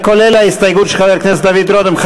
קיבלתם את ההסתייגות של רותם בניגוד לעמדת הקואליציה.